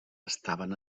estaven